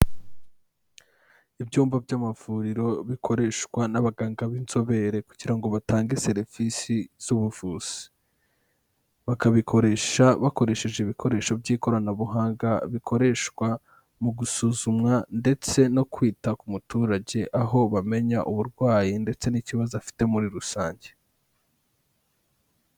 Ibyumba by'amavuriro bikoreshwa n'abaganga b'inzobere kugira ngo batange serivisi z'ubuvuzi, bakabikoresha bakoresheje ibikoresho by'ikoranabuhanga bikoreshwa mu gusuzumwa ndetse no kwita ku muturage aho bamenya uburwayi ndetse n'ikibazo afite muri rusange.